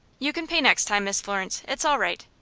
you can pay next time, miss florence. it's all right.